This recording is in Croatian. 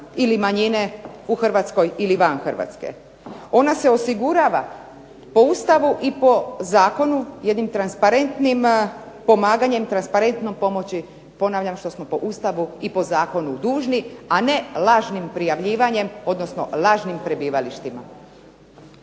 ili manjine u Hrvatskoj ili van Hrvatske. Ona se osigurava po Ustavu i po zakonu jednim pomaganjem, transparentnom pomoći ponavljam što smo po Ustavu i po zakonu dužni, a ne lažnim prijavljivanjem, odnosno lažnim prebivalištima.